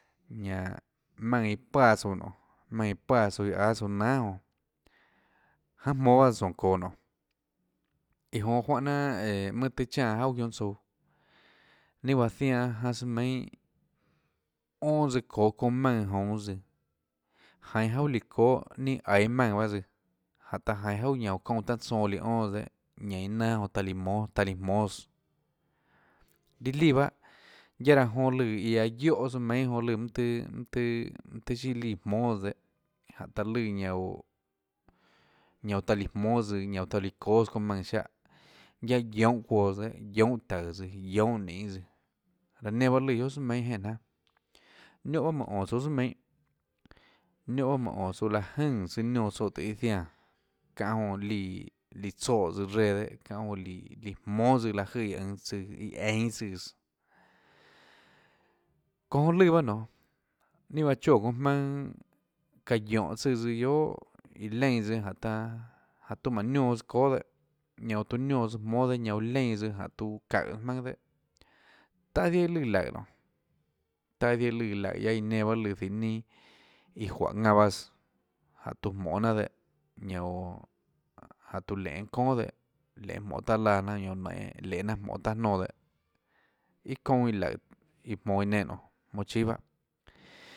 Ñanã maùnã iã páã tsouã nonê maùnã iã páã tsouã iã áâ tsouã nanhà jonã janê jmonå tsøã tsónå çóå nonê iã jonã juáhã jnanà õå mønâ tøhê cháã jauà çionhâ tsouã ninâ juáhã zianã janã tsøã meinhâ onâ tsøã çoå çounã maùnã jounå tsøã jainå juaà líã çóâ ninâ aiå maùnã pahâ tsøã jáhå taã jainå jauà çounã tanâ tsoã líã onâ tsøã dehâ ñanã nanâ jonã taã líã jmónâ taã líã jmónâs líã líã bahâ guiaâ raã jonã lùã iã aã guióhå tsøã meinhâ jonã lùã mønâ tøhê mønâ tøhê mønâ tøhê siâ líã jmónãs dehâ jáhå taã lùã ñanã oå ñanã oå taã líã jmóâ tsøã anã oå taã líã çóâs çounã maùnã ziáhã guiaâ guiohâ çuoãs dehâ guiohâ taùås guiohâ ninês raã nenã bahâ lùã guiohà tsùà meinhâ jenè jnanà niónhã paâ manã ónå tsouã tsùàmienhâ niónhã paâ manã ónå tsouã liáhå jønè tsøã niónã tsoè tùhå iâ jiánã çáhã jonã líã líã tsoè tsøã reã dehâ çáhã jonã líã líã jmónâ tsøã láhå jøè iã ønå tsùã iã einå tsùãs çounã jonã lùã bahâ nonê ninâ juáhã choè çounã jmaønâ çaã guióhå tsøã tsøã guiohà iã leínãs tsøã jáhå taâ jáhå tiuã manã niónãs tsøã çóâs dehâ ñanã uå tiuã niónâs jmóâs dehâ ñanã oå leínãs tsøã jáhå tuã çaùhås maønâ dehâ taã ziaã iã lùã laùhå nonê taã ziaã iã lùã laùhå guiaâ iã nenã pahâ lùã dihå ninâ iã juáhå ðanã bahâs jáhå tiuã jmonhê jnanà dehâ ñanã oooå jáhå tiuã lenê çónà dehâ lenê jmonê taâ laã jnanà guionâ nainê lenê jnanà jmonhê taâ jnonã dehâ iâ çounã iã laùhå iã jmonå iã nenã nonê jmonå chíâ bahâ.